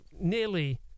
nearly